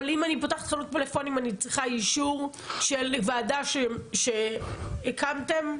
אבל אם אני פותחת חנות פלאפונים אני צריכה אישור של ועדה שהקימו אותה?